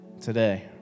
today